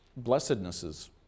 blessednesses